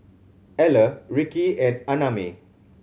Eller Rickie and Annamae